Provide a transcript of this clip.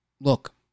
Look